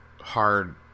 hard